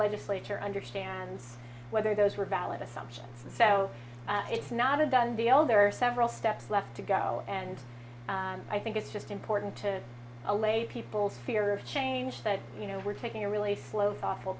legislature understands whether those were valid assumption so it's not a done deal there are several steps left to go and i think it's just important to allay people's fear of change that you know we're taking a really slow thoughtful